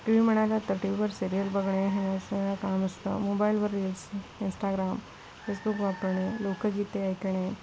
T V म्हणालात तर टी व्हीवर सिरियल बघणे हे असं काम असतं मोबाईलवर रील्स इंस्टाग्राम फेसबुक वापरणे लोकगीते ऐकणे